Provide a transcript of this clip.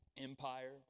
Empire